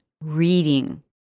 reading